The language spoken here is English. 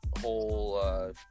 whole